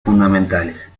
fundamentales